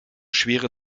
schwere